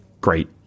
great